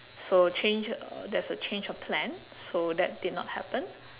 so change uh there's a change of plan so that did not happen